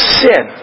sin